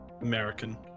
American